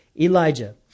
Elijah